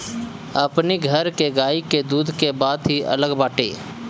अपनी घर के गाई के दूध के बात ही अलग बाटे